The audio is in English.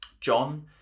John